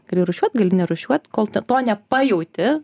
gali rūšiuot gali nerūšiuot kol to nepajauti